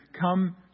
come